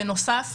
בנוסף,